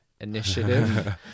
initiative